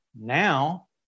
Now